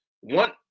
one